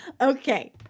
Okay